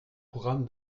programme